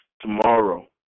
tomorrow